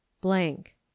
blank